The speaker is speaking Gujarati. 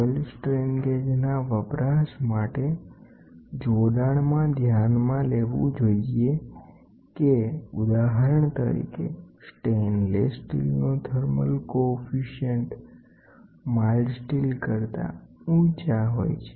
ફોઇલ સ્ટ્રેન ગેજના વપરાશ માટે જોડાણમાં ધ્યાનમાં લેવું જોઈએ ઉદાહરણ તરીકે સ્ટેઈનલેસ સ્ટીલનો થર્મલ વિસ્તરણનો ગુણાંક માઇલ્ડ સ્ટીલ કરતા ઊંચો હોય છે